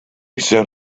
set